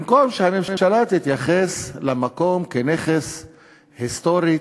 במקום שהממשלה תתייחס למקום כנכס היסטורי,